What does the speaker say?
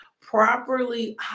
properly